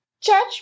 judge